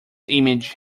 image